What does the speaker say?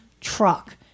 truck